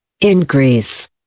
increase